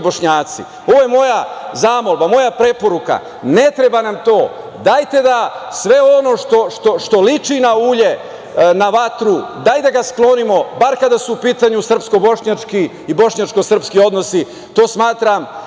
Bošnjaci. Ovo je moja zamolba, moja preporuka, ne treba nam to. Dajte da sve ono što liči na ulje, na vatru, dajte da ga sklonimo, bar kada su u pitanju srpsko-bošnjački i bošnjačko-srpski odnosni, to smatram